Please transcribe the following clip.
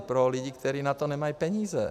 Pro lidi, kteří na to nemají peníze.